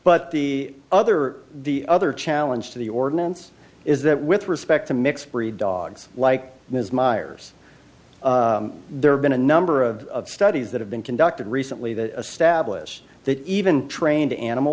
but the other the other challenge to the ordinance is that with respect to mixed breed dogs like ms miers there have been a number of studies that have been conducted recently that stablish that even trained animal